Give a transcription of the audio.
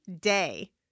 day